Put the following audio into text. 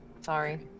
Sorry